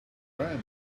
friend